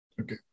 Okay